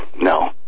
No